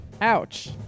Ouch